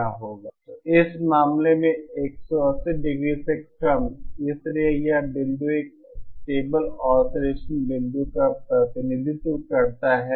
तो इस मामले में कोण 180 ° से कम है इसलिए यह बिंदु एक स्टेबल ऑसिलेसन बिंदु का प्रतिनिधित्व करता है